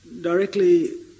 directly